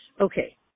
Okay